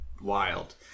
wild